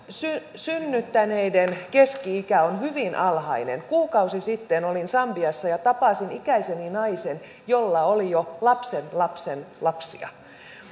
synnyttäneiden keski ikä on hyvin alhainen kuukausi sitten olin sambiassa ja tapasin ikäiseni naisen jolla oli jo lapsenlapsenlapsia